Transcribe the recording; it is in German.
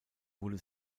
wurde